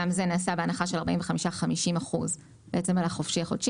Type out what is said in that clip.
זה נעשה בהנחה של 45%-50% על החופשי-חודשי.